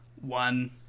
one